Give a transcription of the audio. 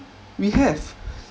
we have